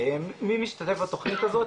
מי משתתף בתוכנית הזאת?